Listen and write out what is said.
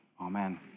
Amen